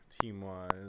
team-wise